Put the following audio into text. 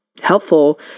helpful